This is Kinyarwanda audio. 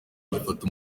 gifata